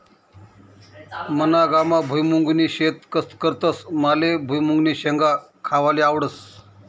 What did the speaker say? मना गावमा भुईमुंगनी शेती करतस माले भुईमुंगन्या शेंगा खावाले आवडस